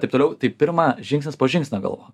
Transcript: taip toliau tai pirma žingsnis po žingsnio galvok